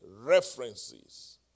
references